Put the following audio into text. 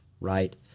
Right